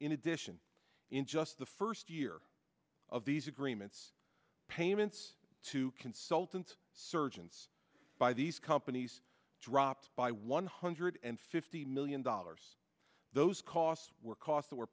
in addition in just the first year of these agreements payments to consultants surgeons by these companies dropped by one hundred and fifty million dollars those costs were cost